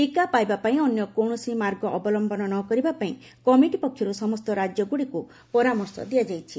ଟିକା ପାଇବା ପାଇଁ ଅନ୍ୟ କୌଣସି ମାର୍ଗ ଅବଲମ୍ବନ ନ କରିବା ପାଇଁ କମିଟି ପକ୍ଷରୁ ସମସ୍ତ ରାଜ୍ୟଗୁଡ଼ିକୁ ପରାମର୍ଶ ଦିଆଯାଇଛି